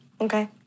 Okay